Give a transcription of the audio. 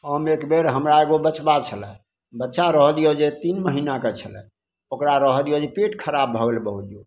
हम एकबेर हमरा जे बचबा छलै बच्चा रहऽ दिऔ जे तीन महिनाके छलै ओकरा रहऽ दिऔ जे पेट खराब हो गेलै बहुत